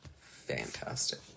fantastic